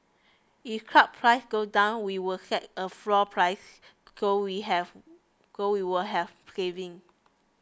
if crude prices go down we will set a floor price so we have so we will have savings